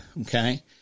okay